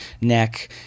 neck